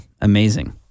Amazing